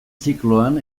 zikloan